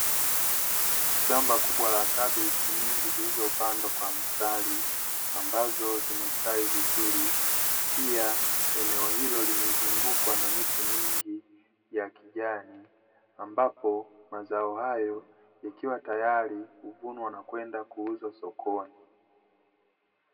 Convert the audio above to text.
Shamba kubwa la kabichi zilizopandwa kwa mstari, ambazo zimestawi vizuri. Pia eneo hilo limezungukwa na miti mingi ya kijani, ambapo mazao hayo ikiwa tayari kuvunwa na kwenda kuuzwa sokoni.